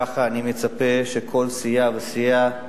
ככה אני מצפה שבכל סיעה וסיעה,